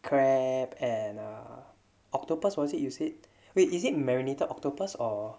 crab and octopus was it use it wait is it marinated octopus or